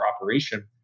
operation